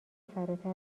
فراتر